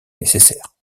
nécessaire